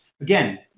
Again